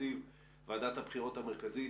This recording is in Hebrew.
תקציב ועדת הבחירות המרכזית,